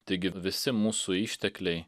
taigi visi mūsų ištekliai